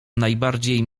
najbardziej